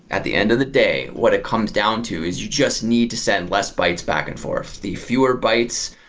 at the end of the day, what it comes down to is you just need to send less bytes back and forth. the fewer bytes,